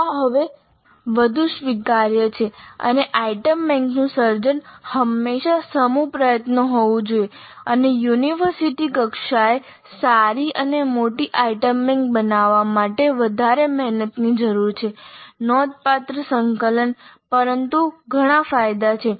આ હવે વધુ સ્વીકાર્ય છે અને આઇટમ બેંકનું સર્જન હંમેશા સમૂહ પ્રયત્ન હોવું જોઈએ અને યુનિવર્સિટી કક્ષાએ સારી અને મોટી આઇટમ બેંક બનાવવા માટે વધારે મહેનતની જરૂર છે નોંધપાત્ર સંકલન પરંતુ ફાયદા ઘણા છે